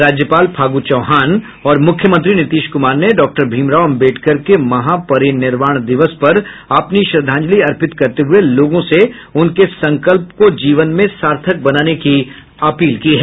राज्यपाल फागू चौहान और मुख्यमंत्री नीतीश कुमार ने डॉक्टर भीमराव अम्बेडकर के महापरिनिर्माण दिवस पर अपनी श्रद्धांजलि अर्पित करते हुए लोगों से उनके संकल्प को जीवन में सार्थक बनाने की अपील की है